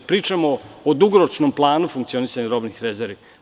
Pričamo o dugoročnom planu funkcionisanja robnih rezervi.